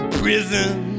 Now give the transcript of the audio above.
prison